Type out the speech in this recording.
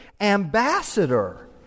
ambassador